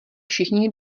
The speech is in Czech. všichni